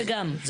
זה גם וגם.